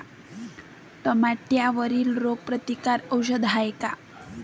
टमाट्यावरील रोग प्रतीकारक औषध हाये का?